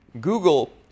google